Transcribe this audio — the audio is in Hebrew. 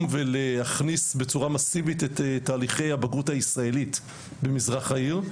ולהכניס בצורה מאסיבית את תהליכי הבגרות הישראלית במזרח העיר.